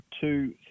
two